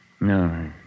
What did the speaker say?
No